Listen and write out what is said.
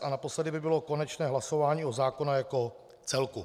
A naposledy by bylo konečné hlasování o zákonu jako celku.